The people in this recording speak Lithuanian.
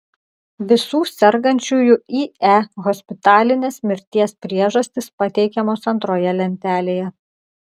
visų sergančiųjų ie hospitalinės mirties priežastys pateikiamos antroje lentelėje